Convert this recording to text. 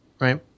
right